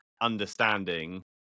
understanding